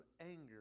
anger